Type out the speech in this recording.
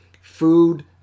Food